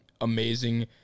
amazing